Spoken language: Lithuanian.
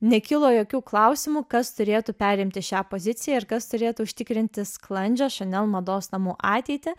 nekilo jokių klausimų kas turėtų perimti šią poziciją ir kas turėtų užtikrinti sklandžią chanel mados namų ateitį